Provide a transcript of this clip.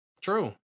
True